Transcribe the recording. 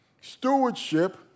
Stewardship